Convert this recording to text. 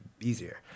easier